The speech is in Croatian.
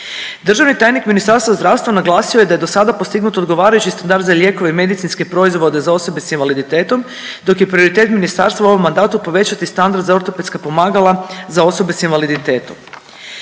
Državni tajnik Ministarstva zdravstva naglasio je da je dosada postignut odgovarajući standard za lijekove i medicinske proizvode za osobe s invaliditetom dok je prioritet ministarstva u ovom mandatu povećati standard za ortopedska pomagala za osobe s invaliditetom.